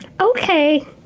Okay